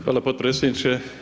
Hvala potpredsjedniče.